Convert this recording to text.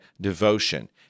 devotion